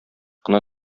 кына